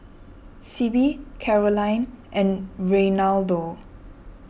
Sibbie Caroline and Reinaldo